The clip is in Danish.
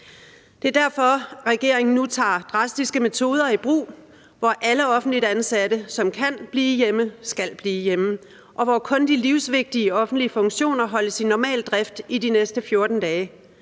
Det er derfor, at regeringen nu tager drastiske metoder i brug, hvor alle offentligt ansatte, som kan blive hjemme, skal blive hjemme, og hvor kun de livsvigtige offentlige funktioner holdes i normal drift i de næste 14 dage.